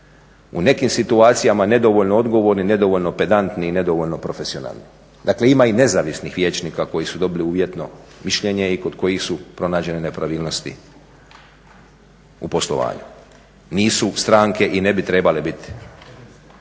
u nekim situacijama nedovoljno odgovorni, nedovoljno pedantni i nedovoljno profesionalni. Dakle, ima i nezavisnih vijećnika koji su dobili uvjetno mišljenje i kod kojih su pronađene nepravilnosti u poslovanju. Nisu stranke i ne bi trebale biti